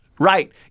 Right